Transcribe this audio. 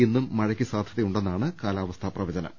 ഇന്നും മഴയ്ക്ക് സാധൃതയുണ്ടെന്നാണ് കാലാ വസ്ഥാ പ്രവചനം